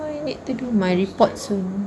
I need to do my report soon